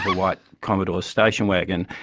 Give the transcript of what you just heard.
white commodore station wagon.